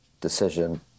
decision